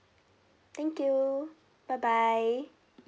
thank you bye bye